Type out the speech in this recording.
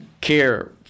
care